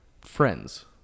friends